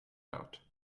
out